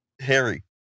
Harry